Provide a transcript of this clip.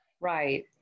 Right